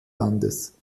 landes